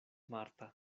marta